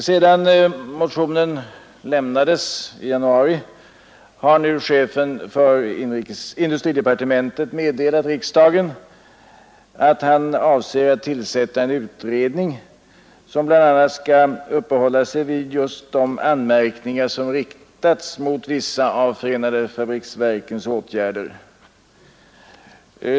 Sedan motionen avlämnades i januari har chefen för industridepartementet meddelat riksdagen att han avser att tillsätta en utredning som bl.a. skall behandla de anmärkningar som riktas mot vissa åtgärder av förenade fabriksverken.